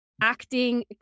acting